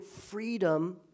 freedom